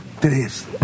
tres